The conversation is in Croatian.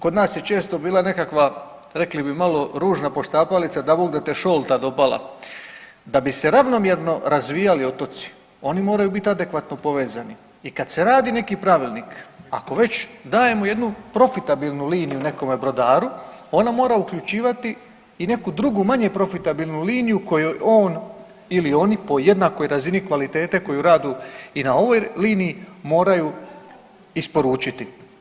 Kod nas je često bila nekakva rekli bi malo ružna poštapalica, dabogda te Šolta dopala, da bi se ravnomjerno razvijali otoci oni moraju biti adekvatno povezani i kad se radi neki pravilnik, ako već dajemo jednu profitabilnu liniju nekome brodaru ona mora uključivati i neku drugu manje profitabilnu liniju kojoj on ili oni po jednakoj razini kvalitete koji rade i na ovoj liniji moraju isporučiti.